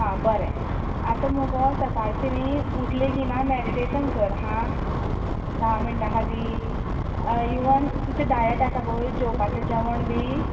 आं बरें आतां मगो सकाळचें न्ही उठलें की ना मेडिटेशन कर हां धा मिण्टां खातीर इवन तुजें डायट आसा पय जेवपाचें जेवण बी